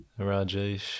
Rajesh